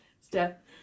step